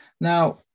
Now